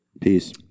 peace